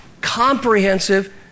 comprehensive